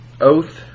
Oath